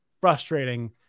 frustrating